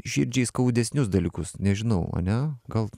širdžiai skaudesnius dalykus nežinau ane gal